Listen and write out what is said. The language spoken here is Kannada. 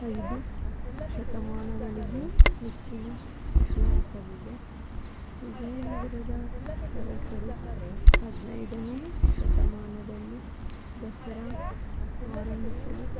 ಐದು ಶತಮಾನಗಳಿಗೂ ಹೆಚ್ಚಿನ ಇತಿಹಾಸವಿದೆ ವಿಜಯನಗರದ ಅರಸರು ಹದಿನೈದನೇ ಶತಮಾನದಲ್ಲಿ ದಸರಾ ಆರಂಭಿಸಲು